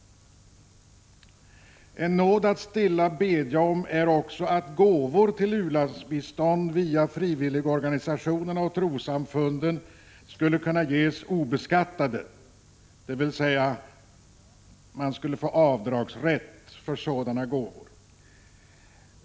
En nåd att stilla bedja om är också att gåvor till u-landshjälp via frivilligorganisationerna och trossamfunden skall kunna ges obeskattade, dvs. rätt till avdrag skall kunna medges för sådana gåvor.